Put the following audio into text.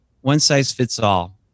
one-size-fits-all